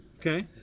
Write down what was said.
okay